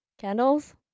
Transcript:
Candles